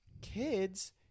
kids